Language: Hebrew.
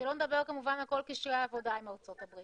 שלא נדבר כמובן על כל קשרי העבודה עם ארצות-הברית.